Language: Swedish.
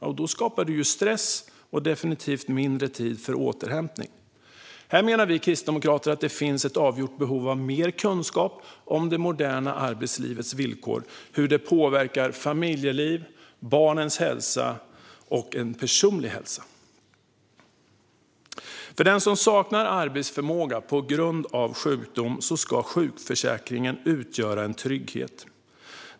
Det skapar stress, och det blir definitivt mindre tid för återhämtning. Här menar vi kristdemokrater att det finns ett avgjort behov av mer kunskap om det moderna arbetslivets villkor och hur det påverkar familjeliv, barnens hälsa och den personliga hälsan. För den som saknar arbetsförmåga på grund av sjukdom ska sjukförsäkringen utgöra en trygghet.